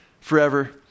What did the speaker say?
forever